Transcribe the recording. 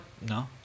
no